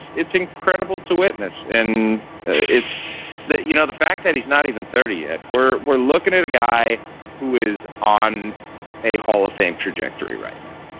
it's incredible to witness and it's that you know the fact that he's not even thirty yet we're we're looking at a guy who is on a hall of fame trajectory right now